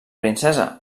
princesa